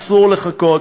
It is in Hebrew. אסור לחכות,